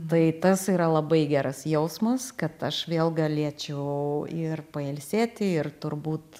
tai tas yra labai geras jausmas kad aš vėl galėčiau ir pailsėti ir turbūt